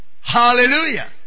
Hallelujah